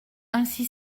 ainsi